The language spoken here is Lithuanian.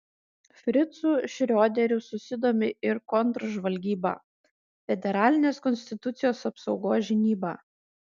fricu šrioderiu susidomi ir kontržvalgyba federalinės konstitucijos apsaugos žinyba